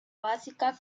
básica